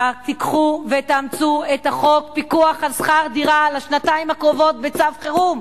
תיקחו ותאמצו את חוק הפיקוח על שכר דירה לשנתיים הקרובות בצו חירום.